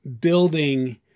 building